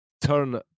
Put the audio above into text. turn